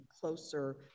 closer